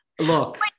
look